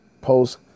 post